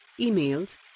emails